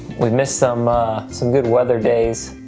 we've missed some some good weather days,